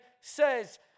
says